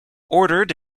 ordered